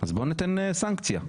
אז בוא ניתן סנקציה.